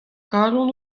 kalon